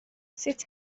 sut